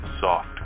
soft